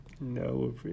No